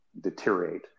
deteriorate